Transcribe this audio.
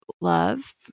love